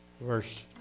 verse